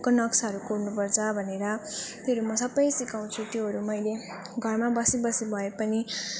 को नक्साहरू कोर्नुपर्छ भनेर त्योहरू म सबै सिकाउँछु त्योहरू मैले घरमा बसी बसी भए पनि